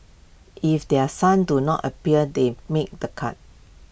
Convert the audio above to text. if their sons do not appear they made the cut